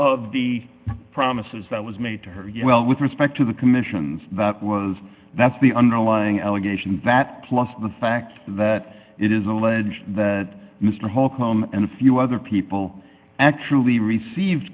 of the promises that was made to her yeah well with respect to the commissions that was that's the underlying allegation that plus the fact that it is alleged that mr holcombe and a few other people actually received